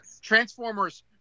Transformers